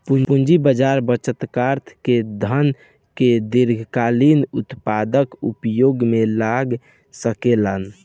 पूंजी बाजार बचतकर्ता के धन के दीर्घकालिक उत्पादक उपयोग में लगा सकेलन